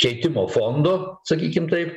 keitimo fondo sakykim taip